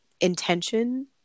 intention